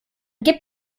gibt